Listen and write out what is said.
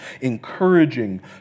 encouraging